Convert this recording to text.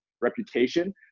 reputation